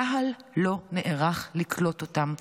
צה"ל לא נערך לקלוט אותם.